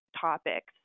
topics